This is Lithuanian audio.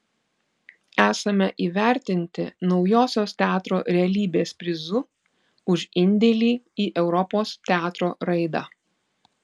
esame įvertinti naujosios teatro realybės prizu už indėlį į europos teatro raidą